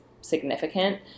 significant